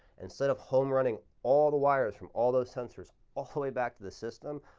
instead of home-running all the wires from all those sensors all the way back to the system,